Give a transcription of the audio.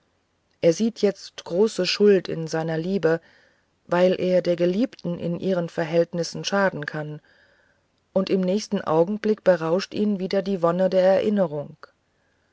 er sieht jetzt große schuld in seiner liebe weil sie der geliebten in ihren verhältnissen schaden kann und im nächsten augenblick berauscht ihn wieder die wonne der erinnerung